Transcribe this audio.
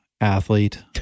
athlete